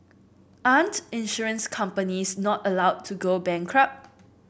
aren't insurance companies not allowed to go bankrupt